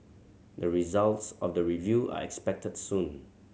the results of the review are expected soon